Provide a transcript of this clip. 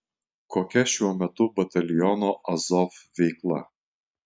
kokia šiuo metu bataliono azov veikla